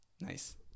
Nice